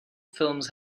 films